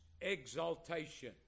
exaltation